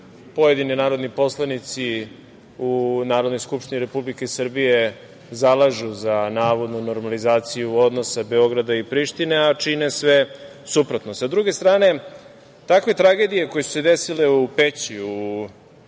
pojedini narodni poslanici u Narodnoj skupštini Republike Srbije zalažu za navodnu normalizaciju odnosa Beograda i Prištine, a čine sve suprotno. Sa druge strane, takve tragedije koje su se desile u Peći, u